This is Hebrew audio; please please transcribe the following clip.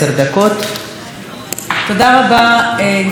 תודה רבה, גברתי היושבת-ראש.